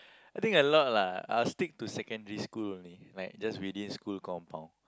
I think a lot lah I'll stick to secondary school only like just within school compound